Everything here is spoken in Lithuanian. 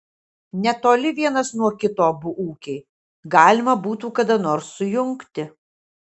netoli vienas nuo kito abu ūkiai galima būtų kada nors sujungti